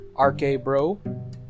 RK-Bro